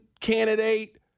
candidate